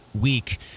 week